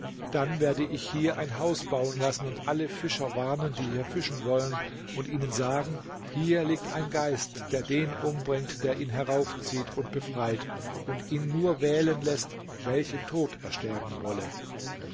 dann werde ich hier ein haus bauen lassen und alle fischer warnen die hier fischen wollen und ihnen sagen hier liegt ein geist der den umbringt der ihn heraufzieht und befreit und ihn nur wählen läßt welchen tod er sterben wolle